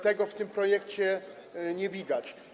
Tego w tym projekcie nie widać.